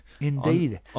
Indeed